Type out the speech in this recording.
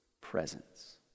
presence